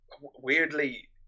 Weirdly